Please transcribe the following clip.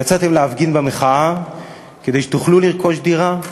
יצאתם להפגין במחאה כדי שתוכלו לרכוש דירה.